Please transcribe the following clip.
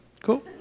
cool